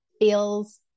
feels